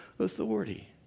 Authority